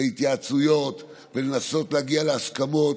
להתייעצויות ולנסות להגיע להסכמות